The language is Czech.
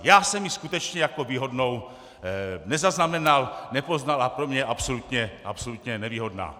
Já jsem ji skutečně jako výhodnou nezaznamenal, nepoznal a pro mě je absolutně nevýhodná.